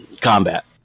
combat